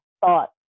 thought